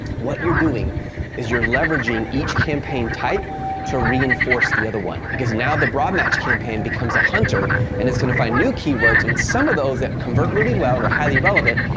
what you're doing is you're leveraging each campaign type to reinforce the other one, because now the broad match campaign becomes a hunter and it's going to find new keywords and some of those that convert really well and are highly relevant,